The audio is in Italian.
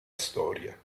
storia